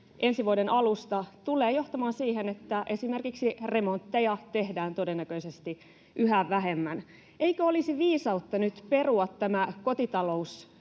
ensi vuoden alusta, tulee johtamaan siihen, että esimerkiksi remontteja tehdään todennäköisesti yhä vähemmän. Eikö olisi viisautta nyt perua tämä